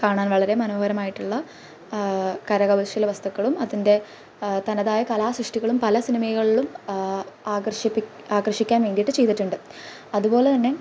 കാണാൻ വളരെ മനോഹരമായിട്ടുള്ള കരകൗശല വസ്തുക്കളും അതിന്റെ തനതായ കലാസൃഷ്ടികളും പല സിനിമകളിലും ആകർഷിക്കാൻ വേണ്ടിയിട്ട് ചെയ്തിട്ടുണ്ട് അതുപോലെ തന്നെ